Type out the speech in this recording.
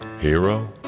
Hero